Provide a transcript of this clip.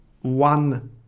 one